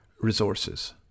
resources